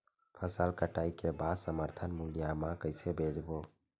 फसल कटाई के बाद समर्थन मूल्य मा कइसे बेचबो?